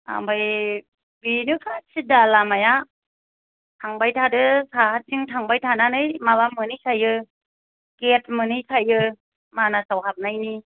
ओमफाय बेनोखा सिदा लामाया थांबाय थादो साहाथिं थांनानै माबा मोनहैखायो गेट मोनहैखायो मानासआव हाबनायनि